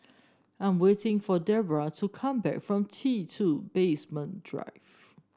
I'm waiting for Deborah to come back from T two Basement Drive